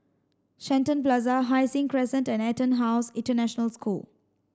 Shenton Plaza Hai Sing Crescent and EtonHouse International School